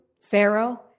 Pharaoh